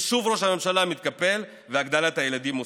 ושוב ראש הממשלה מתקפל והגבלת הילדים מוסרת.